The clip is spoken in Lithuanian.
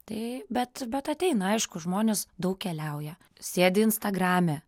tai bet bet ateina aišku žmonės daug keliauja sėdi instagrame